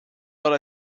ole